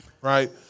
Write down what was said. right